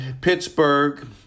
Pittsburgh